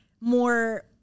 more